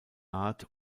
art